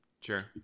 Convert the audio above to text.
Sure